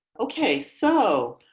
okay. so